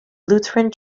lutheran